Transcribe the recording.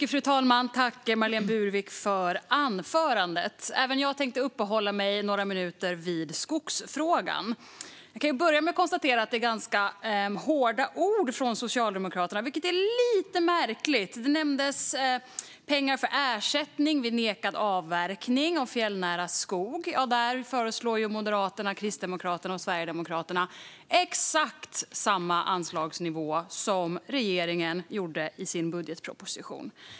Fru talman! Jag tackar Marlene Burwick för hennes anförande. Även jag tänkte uppehålla mig några minuter vid skogsfrågan. Jag kan börja med att konstatera att det är ganska hårda ord från Socialdemokraterna, vilket är lite märkligt. Det nämndes pengar för ersättning vid nekad avverkning av fjällnära skog. Där föreslår Moderaterna, Kristdemokraterna och Sverigedemokraterna exakt samma anslagsnivå som regeringen föreslog i sin budgetproposition.